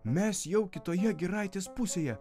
mes jau kitoje giraitės pusėje